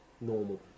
normal